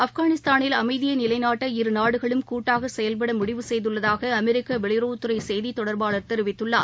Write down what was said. ஆப்கானிஸ்தானில் அமைதியை நிலைநாட்ட இரு நாடுகளும் கூட்டாக செயல்பட முடிவு செய்துள்ளதாக அமெரிக்க வெளியுறவுத்துறை செய்தி தொடர்பாளர் தெரிவித்துள்ளார்